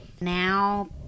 now